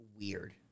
weird